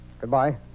Goodbye